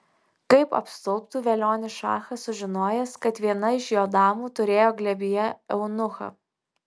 kaip apstulbtų velionis šachas sužinojęs kad viena iš jo damų turėjo glėbyje eunuchą